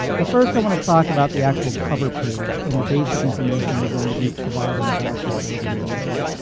but first i want to talk about the actual cover page and the basic information you're going to be providing about your organization.